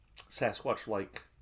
Sasquatch-like